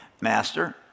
Master